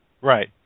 Right